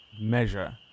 measure